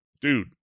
Dude